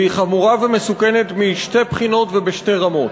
והיא חמורה ומסוכנת משתי בחינות ובשתי רמות.